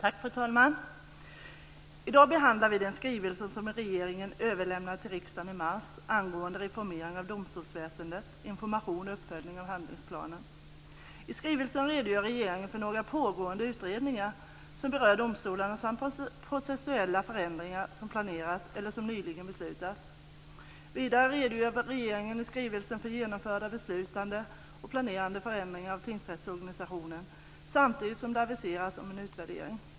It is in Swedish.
Fru talman! I dag behandlar vi den skrivelse som regeringen överlämnade till riksdagen i mars angående reformeringen av domstolsväsendet, information och uppföljning av handlingsplanen. I skrivelsen redogör regeringen för några pågående utredningar som berör domstolarna samt processuella förändringar som planeras eller som nyligen beslutats. Vidare redogör regeringen i skrivelsen för genomförda, beslutade och planerade förändringar av tingsrättsorganisationen samtidigt som en utvärdering aviseras.